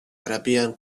arabian